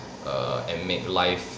err and make life